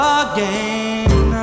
again